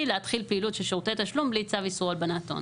להתחיל פעילות של שירותי תשלום בלי צו איסור הלבנת הון.